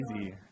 Easy